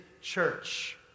church